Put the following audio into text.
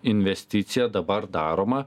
investicija dabar daroma